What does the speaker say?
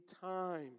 time